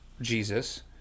Jesus